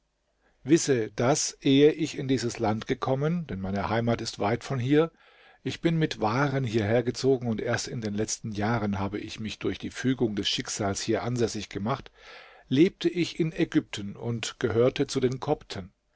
wisse daß ehe ich in dieses land gekommen denn meine heimat ist weit von hier ich bin mit waren hierher gezogen und erst in den letzten jahren habe ich mich durch die fügung des schicksals hier ansässig gemacht lebte ich in ägypten und gehörte zu den kopten